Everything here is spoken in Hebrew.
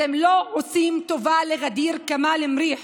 אתם לא עושים טובה לע'דיר כמאל מריח.